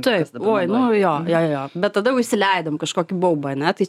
taip oi nu jo jo jobet tada jau įsileidom kažkokį baubą ane